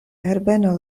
herbeno